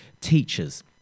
Teachers